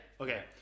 Okay